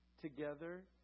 together